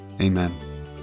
Amen